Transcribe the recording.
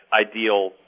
ideal